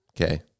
okay